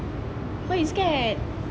why you scared